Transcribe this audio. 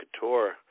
Couture